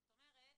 זאת אומרת,